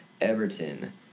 Everton